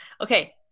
Okay